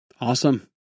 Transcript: Awesome